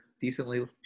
decently